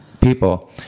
people